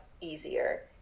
easier